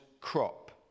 crop